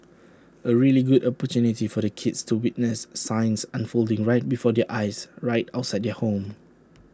A really good opportunity for the kids to witness science unfolding right before their eyes right outside their home